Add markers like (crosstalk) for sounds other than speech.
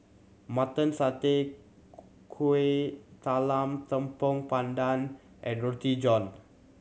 Mutton Satay (unintelligible) Kueh Talam Tepong Pandan and Roti John